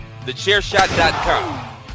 TheChairShot.com